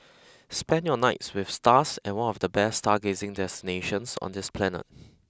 spend your nights with stars at one of the best stargazing destinations on this planet